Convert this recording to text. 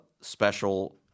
special